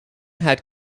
had